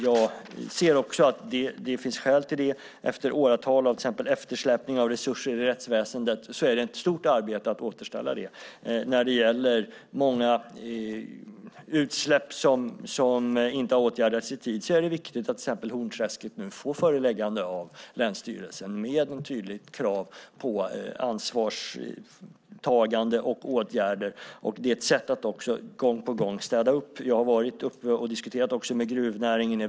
Jag ser också att det finns skäl till det. Efter åratal av till exempel eftersläpning av resurser i rättsväsendet är det ett stort arbete att återställa det. När det gäller att många utsläpp inte har åtgärdats i tid är det viktigt att till exempel Hornträsket nu får föreläggande av länsstyrelsen med ett tydligt krav på ansvarstagande och åtgärder. Det är också ett sätt att gång på gång städa upp. Jag har varit uppe i Västerbotten och diskuterat med gruvnäringen.